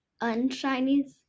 unshinies